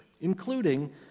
including